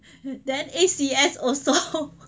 and then A_C_S also